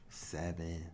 Seven